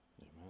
Amen